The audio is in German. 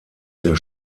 der